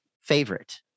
favorite